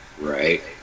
right